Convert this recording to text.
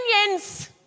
opinions